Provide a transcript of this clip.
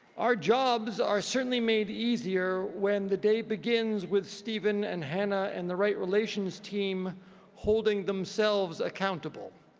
our jobs are certainly made easier when the day begins with stephen and hannah and the right relations team holding themselves accountable.